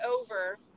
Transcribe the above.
over